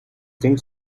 think